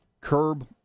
curb